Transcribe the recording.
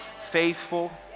faithful